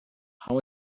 how